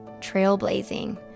trailblazing